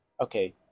okay